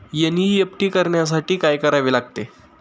NEFT करण्यासाठी काय करावे लागते?